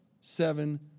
seven